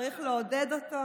צריך לעודד אותו